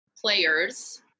players